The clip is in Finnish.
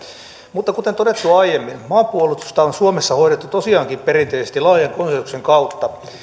mutta kuten todettua aiemmin maanpuolustusta on suomessa hoidettu tosiaankin perinteisesti laajan konsensuksen kautta